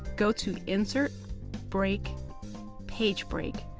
go to insert break pagebreak.